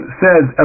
says